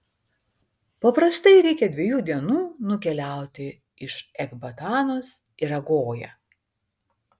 paprastai reikia dviejų dienų nukeliauti iš ekbatanos į ragoją